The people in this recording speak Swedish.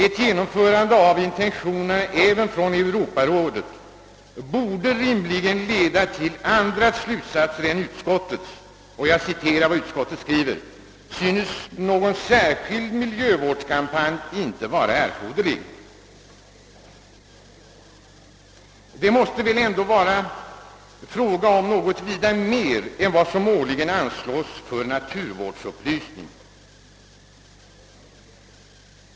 Ett genomförande av Europarådets intentioner borde rimligen leda till andra slutsatser än utskottets, som skriver: »... synes någon särskild miljövårdskampanj inte vara erforderlig.» Det måste väl ändå här vara fråga om något vida mer än vad som anslås för naturvårdsupplysning.